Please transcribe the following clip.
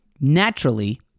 naturally